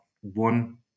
one